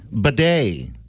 bidet